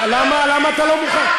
למה אתה לא מוכן?